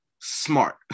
smart